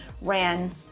ran